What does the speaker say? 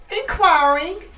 inquiring